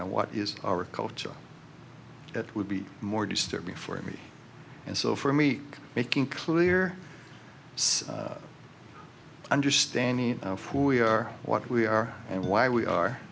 and what is our culture that would be more disturbing for me and so for me making clear understanding of who we are what we are and why we are